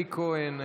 אלי כהן,